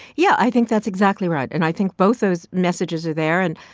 yeah. i think that's exactly right. and i think both those messages are there and,